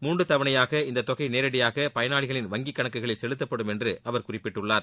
மூன்று தவணையாக இந்த தொகை நேரடியாக பயனாளிகளின் வங்கி கணக்குகளில் செலுத்தப்படும் என்று அவர் குறிப்பிட்டுள்ளார்